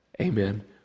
Amen